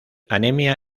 anemia